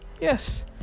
Yes